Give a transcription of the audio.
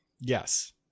Yes